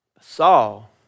Saul